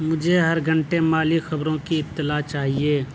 مجھے ہر گھنٹے مالی خبروں کی اطلاع چاہیے